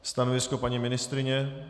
Stanovisko, paní ministryně?